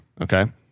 Okay